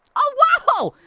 oh wow,